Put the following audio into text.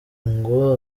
ngo